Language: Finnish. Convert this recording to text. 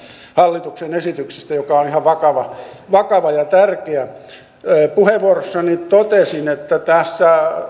hallituksen esityksestä joka on ihan vakava vakava ja tärkeä että on ketunhäntä kainalossa puheenvuorossani totesin että tässä